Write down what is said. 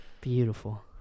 beautiful